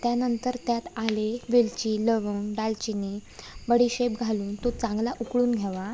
त्यानंतर त्यात आले वेलची लवंग दालचिनी बडीशेप घालून तो चांगला उकळून घ्यावा